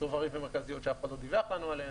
צוברים של מרכזיות שאף אחד לא דיווח לנו עליהם.